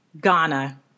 Ghana